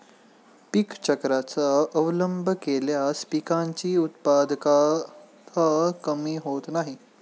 पीक चक्राचा अवलंब केल्यास पिकांची उत्पादकता कमी होत नाही